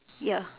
ya